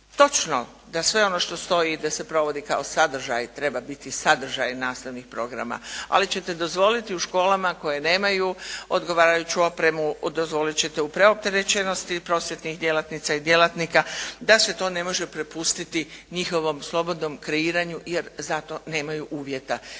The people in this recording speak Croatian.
Točno da sve ono što stoji i da se provodi kao sadržaj treba biti sadržaj nastavnih programa, ali ćete dozvoliti u školama koje nemaju odgovarajuću opremu, dozvoliti ćete u preopterećenosti prosvjetnih djelatnica i djelatnika da se to ne može prepustiti njihovom slobodnom kreiranju jer za to nemaju uvjeta,